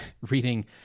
reading